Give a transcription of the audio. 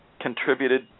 contributed